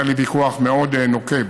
היה לי ויכוח מאוד נוקב